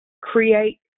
Create